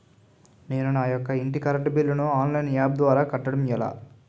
నేను నా యెక్క ఇంటి కరెంట్ బిల్ ను ఆన్లైన్ యాప్ ద్వారా కట్టడం ఎలా?